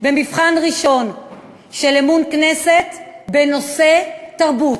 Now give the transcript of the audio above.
במבחן ראשון של אמון הכנסת בנושא תרבות,